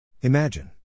Imagine